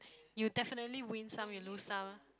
you definitely win some you lose some